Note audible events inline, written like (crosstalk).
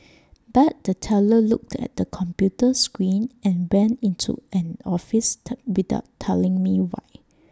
but the teller looked at the computer screen and went into an office (noise) without telling me why